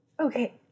Okay